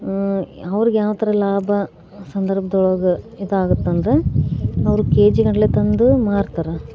ಅವ್ರಿಗೆ ಯಾವ ಥರ ಲಾಭ ಸಂದರ್ಭದೊಳಗೆ ಇದಾಗುತ್ತೆ ಅಂದರೆ ಅವರು ಕೆ ಜಿ ಗಟ್ಲೆ ತಂದು ಮಾರ್ತಾರೆ